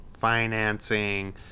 financing